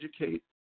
educate